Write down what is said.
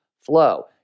flow